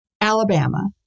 Alabama